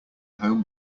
home